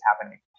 happening